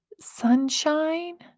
sunshine